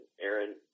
Aaron